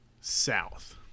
south